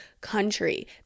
country